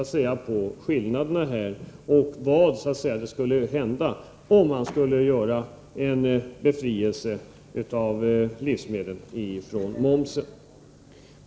Det visar vilka skillnader det är mellan grupperna och vilka effekter ett borttagande av momsen på livsmedlen skulle få.